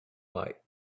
light